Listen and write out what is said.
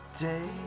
day